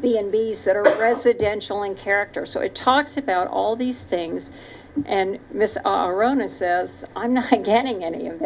b and b set a residential in character so it talks about all these things and miss our own and says i'm not getting any of